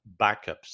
backups